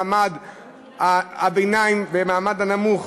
מעמד הביניים והמעמד הנמוך